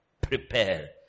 prepare